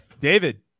David